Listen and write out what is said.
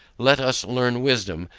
let us learn wisdom,